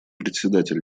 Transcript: председатель